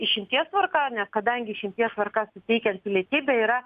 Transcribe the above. išimties tvarka nes kadangi išimties tvarka suteikiant pilietybę yra